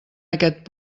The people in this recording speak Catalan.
aquest